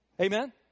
Amen